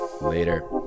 later